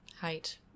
height